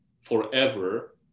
forever